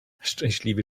szczęśliwy